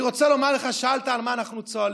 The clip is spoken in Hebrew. אני רוצה לומר לך, שאלת על מה אנחנו צוהלים,